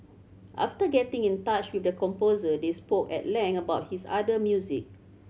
after getting in touch with the composer they spoke at length about his other music